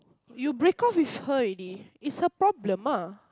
you break off with her already is her problem ah